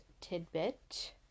tidbit